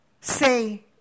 Say